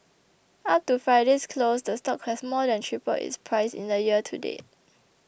up to Friday's close the stock has more than tripled its price in the year to date